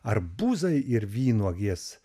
arbūzai ir vynuogės